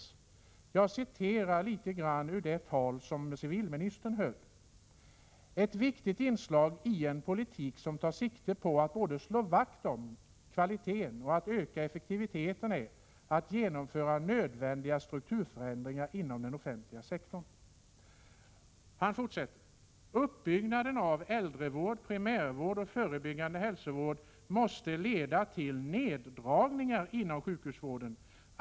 Jag citerar litet grand ur det tal som han höll där: ”Ett viktigt inslag i en politik som tar sikte på att både slå vakt om kvaliteten och att öka effektiviteten är att genomföra nödvändiga strukturförändringar inom den offentliga sektorn.” Han sade vidare: ”Utbyggnaden av äldrevård, primärvård och förebyggande hälsovård måste leda till neddragningar inom sjukhusvården.